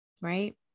right